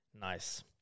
Nice